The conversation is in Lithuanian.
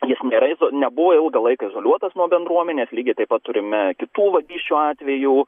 jis gerai izo nebuvo ilgą laiką izoliuotas nuo bendruomenės lygiai taip pat turime kitų vagysčių atvejų